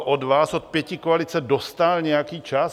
Od vás, od pětikoalice dostal nějaký čas?